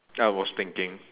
I was thinking